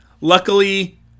Luckily